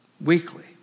weekly